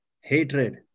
hatred